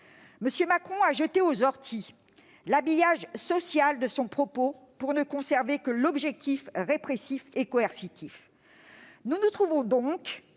M. Macron a jeté aux orties l'habillage social de son propos pour ne conserver que l'objectif répressif et coercitif. Nous nous trouvons donc